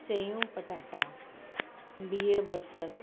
सयूं पटाटा बिहु बसरु